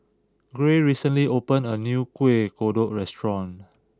Gray recently opened a new Kueh Kodok restaurant